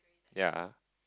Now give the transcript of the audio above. ya